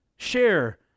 Share